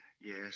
Yes